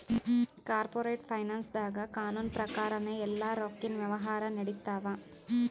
corporate ಫೈನಾನ್ಸ್ದಾಗ್ ಕಾನೂನ್ ಪ್ರಕಾರನೇ ಎಲ್ಲಾ ರೊಕ್ಕಿನ್ ವ್ಯವಹಾರ್ ನಡಿತ್ತವ